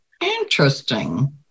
Interesting